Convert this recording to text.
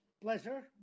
Pleasure